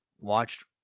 watched